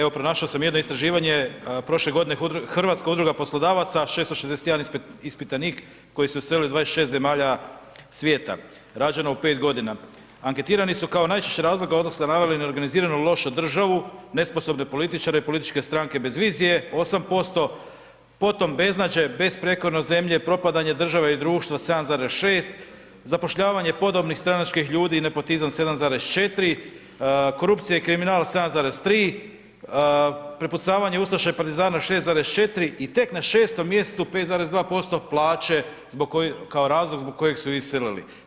evo pronašao sam jedno istraživanje prošle godine Hrvatska udruga poslodavaca 661 ispitanik koji se uselio u 26 zemalja svijeta, rađeno u 5 godina, anketirani su kao najčešći razlog odlaska naveli neorganiziranu i lošu državu, nesposobne političare i političke stranke bez vizije 8%, potom beznađe, besprijekornost zemlje, propadanje države i društva 7,6, zapošljavanje podobnih stranačkih ljudi i nepotizam 7,4, korupcija i kriminal 7,3, prepucavanje ustaša i partizana 6,4 i tek na 6. mjestu 5,2% plaće zbog kojih, kao razlog zbog kojeg su iselili.